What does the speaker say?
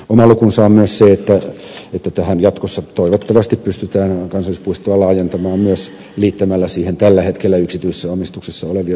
oma lukunsa on myös se että jatkossa toivottavasti pystytään kansallispuistoa laajentamaan liittämällä siihen myös tällä hetkellä yksityisessä omistuksessa olevia suojelunarvoisia alueita